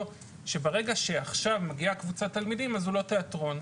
שברגע שעכשיו מגיעה קבוצת תלמידים אז הוא לא תיאטרון.